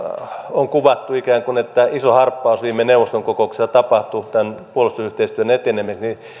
on kuvattu että ikään kuin iso harppaus tapahtui viime neuvoston kokouksessa tämän puolustusyhteistyön etenemiseksi niin